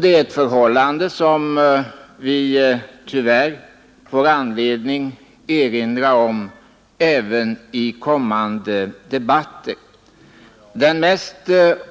Det är ett förhållande som vi tyvärr får anledning att erinra om även i kommande debatter. Den mest